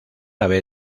haber